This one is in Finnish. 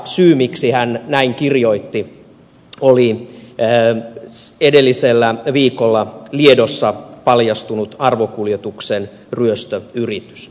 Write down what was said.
syy miksi hän näin kirjoitti oli edellisellä viikolla liedossa paljastunut arvokuljetuksen ryöstöyritys